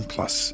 Plus